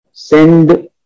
send